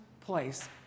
place